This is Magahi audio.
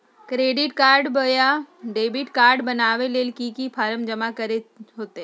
क्रेडिट कार्ड बोया डेबिट कॉर्ड बनाने ले की की फॉर्म जमा करे होते?